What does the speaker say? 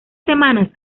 semanas